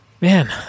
Man